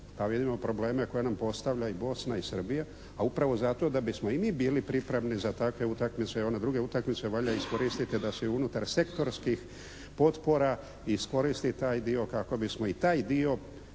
vidimo probleme koje nam postavlja i Bosna i Srbija, a upravo zato da bismo i mi bili pripravni za takve utakmice jer one druge utakmice valja iskoristiti da se unutar sektorskih potpora iskoristi taj dio kako bismo i taj dio,